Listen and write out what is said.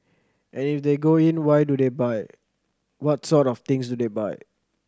and if they go in why do they buy what sort of things do they buy